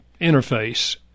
interface